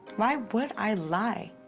why would i lie?